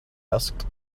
asked